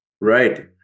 Right